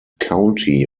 county